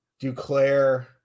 Duclair